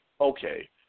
okay